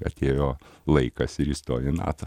atėjo laikas ir įstojo į nato